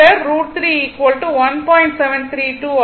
732 ஆகும்